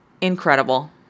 incredible